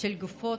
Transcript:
של גופות,